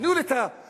תנו לי את הקולות,